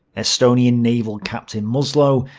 estonian naval captain mulsow,